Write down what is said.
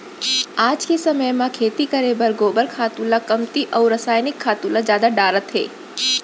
आज के समे म खेती करे बर गोबर खातू ल कमती अउ रसायनिक खातू ल जादा डारत हें